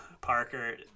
Parker